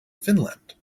finland